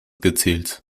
gezählt